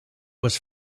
was